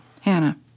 Hannah